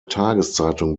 tageszeitung